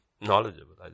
knowledgeable